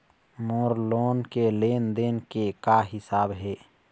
मोर loan के लेन देन के का हिसाब हे?